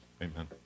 amen